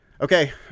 Okay